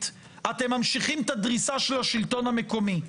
אתם ממשיכים את הדריסה של השלטון המקומי.